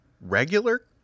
regular